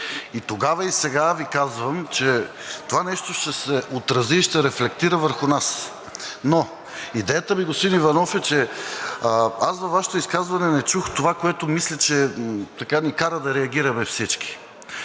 И тогава, и сега Ви казвам, че това нещо ще се отрази и ще рефлектира върху нас. Идеята ми, господин Иванов, е, че във Вашето изказване не чух това, което мисля, че ни кара да реагираме всички.